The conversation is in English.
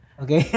okay